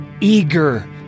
eager